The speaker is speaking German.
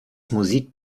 musik